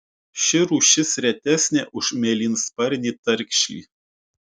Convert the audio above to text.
ši rūšis retesnė už mėlynsparnį tarkšlį